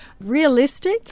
Realistic